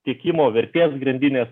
tiekimo vertės grandinės